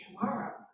tomorrow